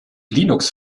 linux